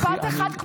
משפט אחד,